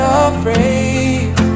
afraid